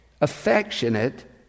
affectionate